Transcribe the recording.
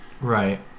Right